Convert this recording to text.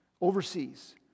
overseas